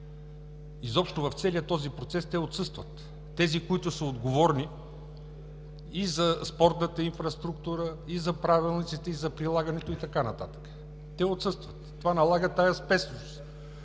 Изобщо в целия този процес те отсъстват. Тези, които са отговорни и за спортната инфраструктура, и за правилниците, и за прилагането, и така нататък, отсъстват. Това налага тази спешност